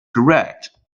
correct